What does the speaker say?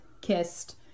kissed